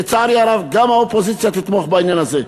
לצערי הרב, גם האופוזיציה תתמוך בעניין הזה.